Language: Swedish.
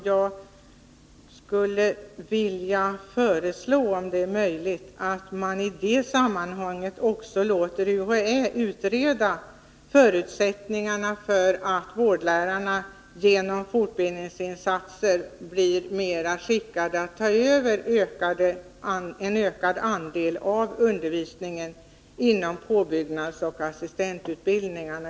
Jag skulle vilja föreslå att man i det sammanhanget också låter UHÄ utreda förutsättningarna för vårdlärarna att genom fortbildningsinsatser bli bättre skickade att ta över en ökad andel av undervisningen inom påbyggnadsoch assistentutbildningen.